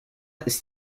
ist